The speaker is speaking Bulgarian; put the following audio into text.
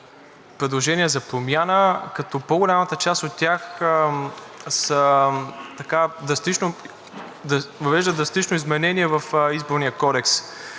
предложения за промяна, като по-голямата част от тях въвеждат драстично изменение в Изборния кодекс.